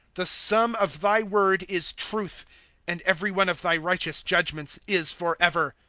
the sum of thy word is truth and every one of thy righteous judgments is forever.